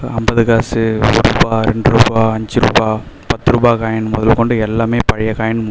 ஐம்பது காசு ஒருரூபா ரெண்டுரூபா அஞ்சுரூபா பத்துரூபா காயின் முதகொண்டு எல்லாமே பழைய காயின்